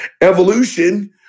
Evolution